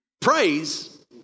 praise